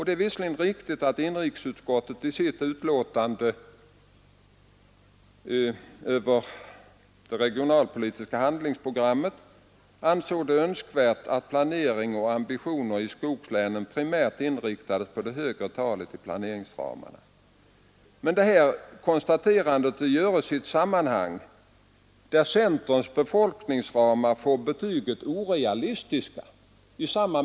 Det är visserligen riktigt att inrikesutskottet i sitt betänkande över det regionalpolitiska handlingsprogrammet ansåg det önskvärt att planering och ambitioner i skogslänen primärt inriktades på de högre talen i planeringsramarna, men det konstaterandet görs i ett sammanhang där centerns befolkningsramar får betyget orealistiska.